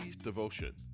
Devotion